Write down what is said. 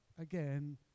again